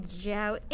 Joe